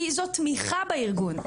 כי זו תמיכה בארגון,